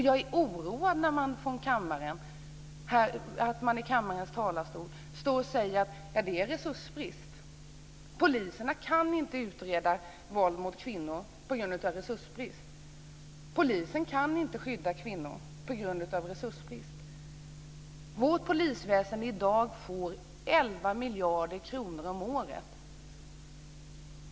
Jag blir oroad när man från kammarens talarstol säger att det är resursbrist, att poliserna inte kan utreda våld mot kvinnor på grund av resursbrist och att polisen inte kan skydda kvinnor på grund av resursbrist. Vårt polisväsende får i dag 11 miljarder kronor om året.